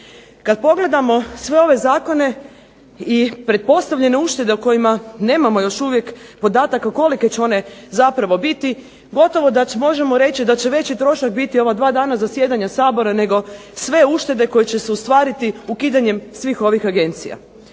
Kada pogledamo sve ove zakone i pretpostavljene uštede o kojima nemamo još uvijek podataka koliko će one zapravo biti, gotovo možemo reći da će veći trošak biti ova dva dana zasjedanja Sabora nego sve uštede koje će se ostvariti ukidanjem svih ovih agencija.